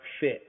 fit